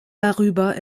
darüber